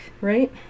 right